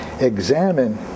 examine